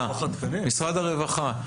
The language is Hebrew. משרד הרווחה,